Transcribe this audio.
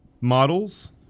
models